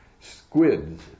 squids